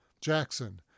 Jackson